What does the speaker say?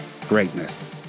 greatness